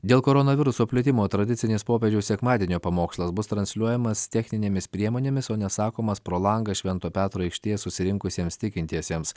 dėl koronaviruso plitimo tradicinės popiežiaus sekmadienio pamokslas bus transliuojamas techninėmis priemonėmis o ne sakomas pro langą švento petro aikštėje susirinkusiems tikintiesiems